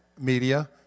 media